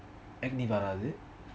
acne வரத்து:varathu